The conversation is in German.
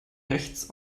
rechts